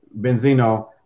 Benzino